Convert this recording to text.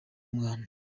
umwana